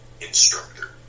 instructor